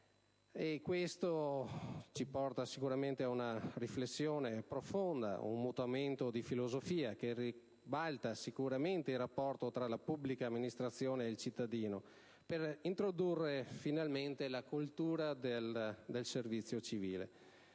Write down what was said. Ciò comporta una riflessione profonda e un mutamento di filosofia che ribalta il rapporto tra pubblica amministrazione e cittadino per introdurre finalmente la cultura del «servizio civile».